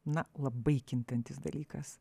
na labai kintantis dalykas